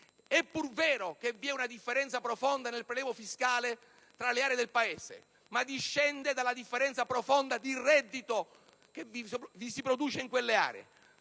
È pur vero che vi è una differenza profonda nel prelievo fiscale tra le aree del Paese, ma ciò discende dalla profonda differenza del reddito che si produce in quelle aree.